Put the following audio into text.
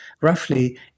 roughly